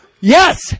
Yes